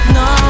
no